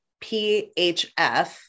PHF